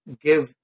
give